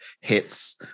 hits